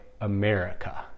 America